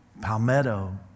Palmetto